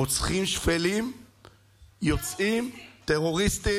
שרוצחים שפלים יוצאים, טרוריסטים.